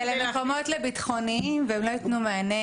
אבל אלה מקומות לביטחוניים והם לא יתנו מענה